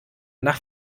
nach